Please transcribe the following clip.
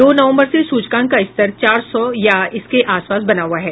दो नवम्बर से सूचकांक का स्तर चार सौ या इसके आसपास बना हुआ है